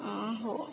हो